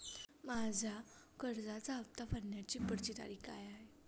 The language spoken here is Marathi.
माझ्या कर्जाचा हफ्ता भरण्याची पुढची तारीख काय आहे?